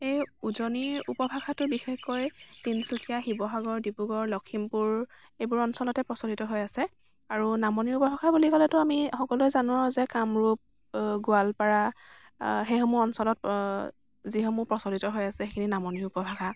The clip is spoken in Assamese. সেই উজনিৰ উপভাষাটো বিশেষকৈ তিনচুকীয়া শিৱসাগৰ ডিব্ৰুগড় লখিমপুৰ এইবোৰ অঞ্চলতে প্ৰচলিত হৈ আছে আৰু নামনিৰ উপভাষা বুলি ক'লেতো আমি সকলোৱে জানো আৰু যে কামৰূপ গোৱালপাৰা সেইসমূহ অঞ্চলত যিসমূহ প্ৰচলিত হৈ আছে সেইখিনি নামনি উপভাষা